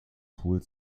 pool